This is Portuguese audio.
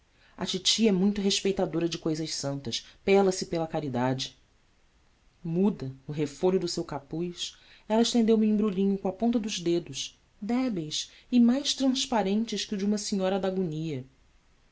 a titi é muito respeitadora de cousas santas pela se pela caridade muda no refolho do seu capuz ela estendeu-me o embrulhinho com a ponta dos dedos débeis e mais transparentes que os de uma senhora da agonia